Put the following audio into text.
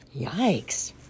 Yikes